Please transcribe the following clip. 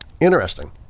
Interesting